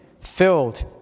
filled